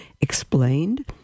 Explained